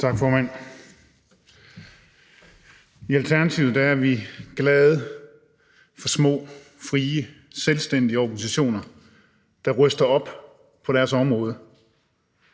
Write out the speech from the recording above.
Tak, formand. I Alternativet er vi glade for små, frie, selvstændige organisationer, der ryster op på deres område,